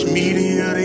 media